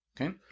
Okay